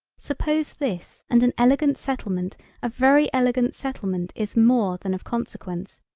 suppose this and an elegant settlement a very elegant settlement is more than of consequence,